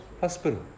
Hospital